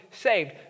saved